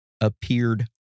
appeared